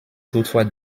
toutefois